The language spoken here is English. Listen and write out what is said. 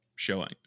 showing